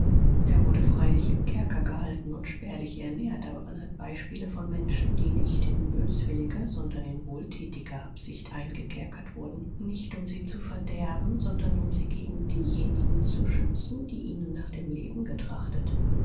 er wurde freilich im kerker gehalten und spärlich ernährt aber man hat beispiele von menschen die nicht in böswilliger sondern in wohltätiger absicht eingekerkert wurden nicht um sie zu verderben sondern um sie gegen diejenigen zu schützen die ihnen nach dem leben getrachtet